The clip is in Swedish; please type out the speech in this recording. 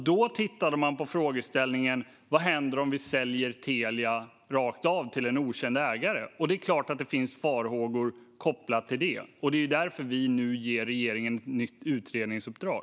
Då tittade man på frågeställningen vad som händer om vi säljer Telia rakt av till en okänd ägare, och det är klart att det finns farhågor kopplat till det. Det är därför vi vill ge regeringen ett nytt utredningsuppdrag.